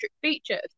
features